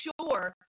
sure